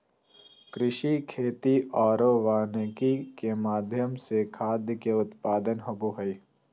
कृषि, खेती आरो वानिकी के माध्यम से खाद्य के उत्पादन होबो हइ